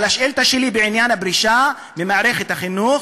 על השאילתה שלי בעניין הפרישה ממערכת החינוך,